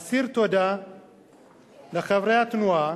אסיר תודה לחברי התנועה